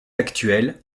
actuelle